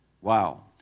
Wow